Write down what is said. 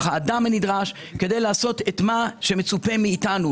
האדם הנדרש כדי לעשות את מה שמצופה מאיתנו.